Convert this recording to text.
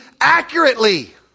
accurately